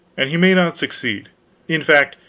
and he may not succeed in fact,